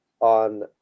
on